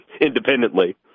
independently